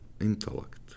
intellect